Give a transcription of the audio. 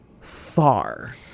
far